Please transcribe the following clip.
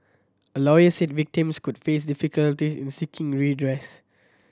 a lawyer said victims could face difficulty in seeking redress